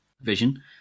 vision